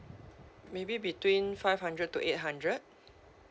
maybe between five hundred to eight hundred